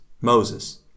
Moses